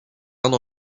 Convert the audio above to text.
indes